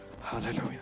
Hallelujah